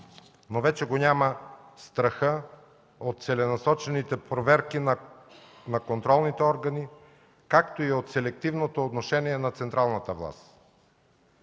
но вече го няма страха от целенасочените проверки на контролните органи, както и от селективното отношение на централната власт.